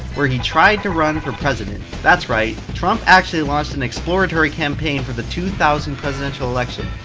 where he tried to run for president. that's right, trump actually launched an exploratory campaign for the two thousand presidential election,